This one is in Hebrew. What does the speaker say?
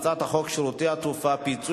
ההצעה להעביר את הצעת חוק שירותי תעופה (פיצוי